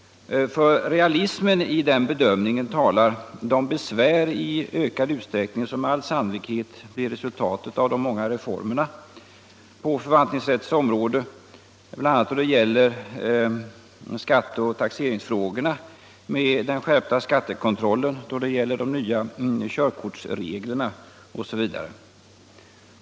För rea lismen i denna bedömning talar de besvär i ökad utsträckning som med all sannolikhet blir resultatet av de många reformerna på förvaltningsrättens område, bl.a. då det gäller skatteoch taxeringsfrågorna med den skärpta skattekontrollen, då det gäller de nya körkortsreglerna osv.